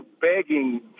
begging